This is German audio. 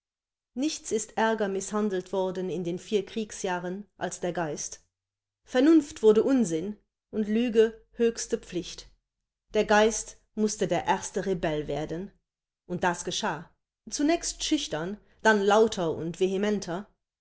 nichts ist ärger mißhandelt worden in den vier kriegsjahren als der geist vernunft wurde unsinn und lüge höchste pflicht der geist mußte der erste rebell werden und das geschah zunächst schüchtern dann lauter und vehementer